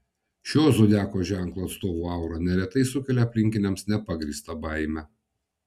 šio zodiako ženklo atstovų aura neretai sukelia aplinkiniams nepagrįstą baimę